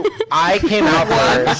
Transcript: i came out